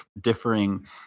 differing